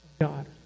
God